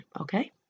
okay